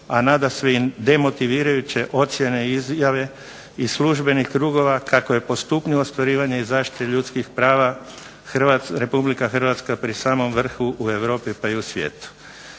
a nadasve i demotivirajuće ocjene izjave iz službenih krugova kako je po stupnju ostvarivanja i zaštite ljudskih prava Republika Hrvatska pri samom vrhu u Europi, pa i u svijetu.